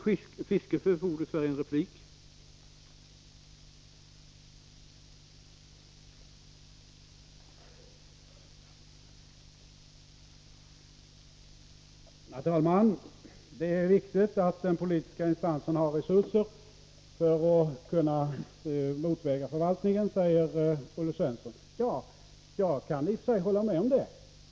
Herr talman! Det är viktigt att den politiska instansen har resurser för att kunna motväga förvaltningen, säger Olle Svensson. Jag kan i och för sig hålla med om det.